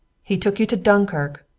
he took you to dunkirk!